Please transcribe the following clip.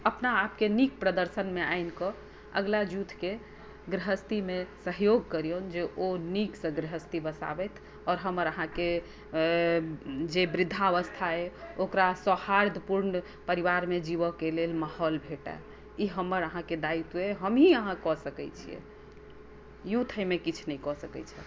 अपना आपके नीक प्रदर्शनमे आनि कऽ अगिला यूथके गृहस्थीमे सहयोग करियौन जे ओ नीकसँ गृहस्थी बसाबथि आओर हमर अहाँके जे वृद्धावस्था अइ ओकरा सौहार्द्रपूर्ण परिवारमे जीबय के लेल माहौल भेटए ई हमर अहाँके दायित्व अइ हमहीँ अहाँ कऽ सकैत छियै यूथ एहिमे किछु नहि कऽ सकैत छथि